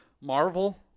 Marvel